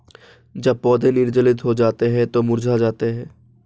जब पौधे निर्जलित हो जाते हैं तो मुरझा जाते हैं